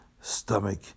stomach